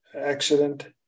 accident